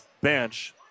bench